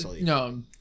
no